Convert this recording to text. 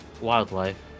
wildlife